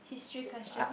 history question